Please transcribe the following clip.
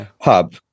hub